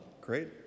great